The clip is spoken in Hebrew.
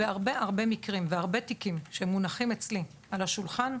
בהרבה הרבה מקרים והרבה תיקים שמונחים אצלי על השולחן,